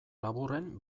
laburren